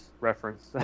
reference